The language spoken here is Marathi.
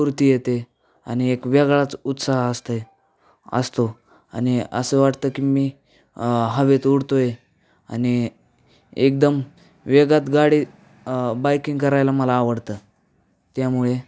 स्फूर्ती येते आणि एक वेगळाच उत्साह असते असतो आणि असं वाटतं की मी हवेत उडतो आहे आणि एकदम वेगात गाडी बायकिंग करायला मला आवडतं त्यामुळे